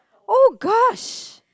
oh gosh